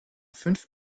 fünf